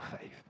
faith